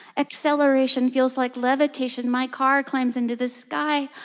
acceleration feels like levitation. my car climbs into the sky.